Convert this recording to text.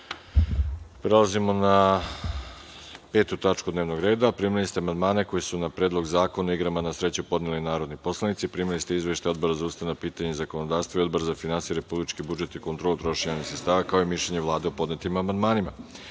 celini. Prelazimo na 5. tačku dnevnog reda. Primili ste amandmane koje su na Predlog zakona o igrama na sreću podneli narodni poslanici. Primili ste izveštaje Odbora za ustavna pitanja i zakonodavstvo i Odbora za finansije, republički budžet i kontrolu trošenja javnih sredstava, kao i mišljenje Vlade o podnetim amandmanima. Pošto